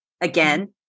again